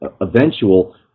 eventual